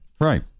Right